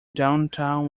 downtown